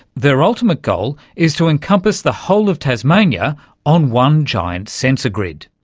their ultimate goal is to encompass the whole of tasmania on one giant sensor grid,